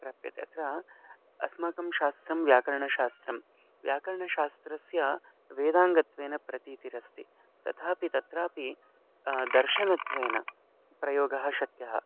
प्राप्यते अत्र अस्माकं शास्त्रं व्याकरणशास्त्रं व्याकरणशास्त्रस्य वेदाङ्गत्वेन प्रतीतिरस्ति तथापि तत्रापि दर्शनत्वेन प्रयोगः शक्यः